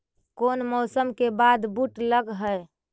कोन मौसम के बाद बुट लग है?